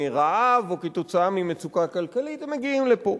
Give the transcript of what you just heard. מרעב או כתוצאה ממצוקה כלכלית, הם מגיעים לפה.